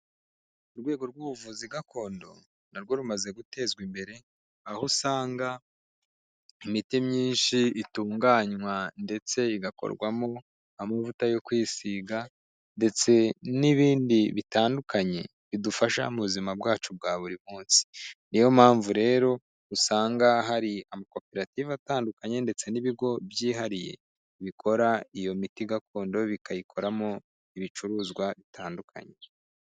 Urwego rw'ubuvuzi gakondo na rwo rumaze gutezwa imbere, aho usanga imiti myinshi itunganywa ndetse igakorwamo amavuta yo kwisiga ndetse n'ibindi bitandukanye, bidufasha mu buzima bwacu bwa buri munsi. Niyo mpamvu rero, usanga hari amakoperative atandukanye ndetse n'ibigo byihariye, bikora iyo miti gakondo bikayikoramo ibicuruzwa bitandukanye.